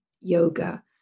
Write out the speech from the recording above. yoga